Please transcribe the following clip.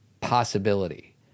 possibility